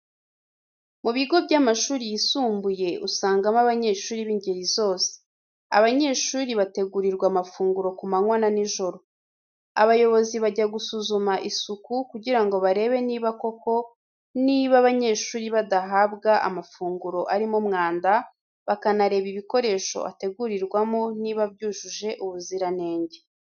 Mu bigo by'amashuri yisumbuye, usangamo abanyeshuri bingeri zose. Abanyeshuri bategurirwa amafunguro ku manwa na nijoro. Abayobozi bajya gusuzuma isuku kugira ngo barebe niba koko niba abanyeshuri badahabwa amafunguro arimo umwanda, bakanareba ibikoresho ategurirwamo niba byujuje ubuziranenge.